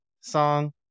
song